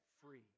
free